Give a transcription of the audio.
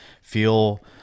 feel